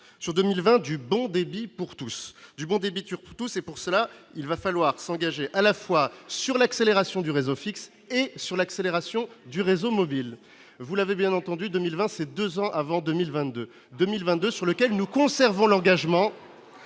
sur 2020 du bon débit pour tous du monde des bitures plutôt, c'est pour cela, il va falloir s'engager à la fois sur l'accélération du réseau fixe sur l'accélération du réseau mobile, vous l'avez bien entendu 2020, ces 2 ans avant 2022 2022, sur lequel nous conservons l'engagement.